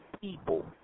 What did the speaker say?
people